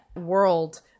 world